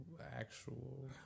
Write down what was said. actual